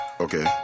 Okay